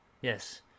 Yes